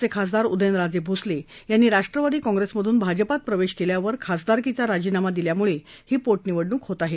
सातारचे खासदार उदयनराजे भोसले यांनी राष्ट्रवादी काँग्रेसमधून भाजपात प्रवेश केल्यावर खासदारकीचा राजीनामा दिल्यानं ही पोटनिवडणूक होत आहे